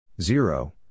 Zero